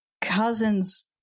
cousin's